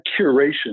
curation